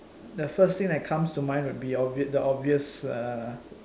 the first thing that comes to mind would be obvious the obvious uh